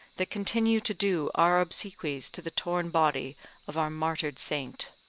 that continue to do our obsequies to the torn body of our martyred saint.